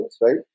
right